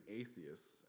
atheists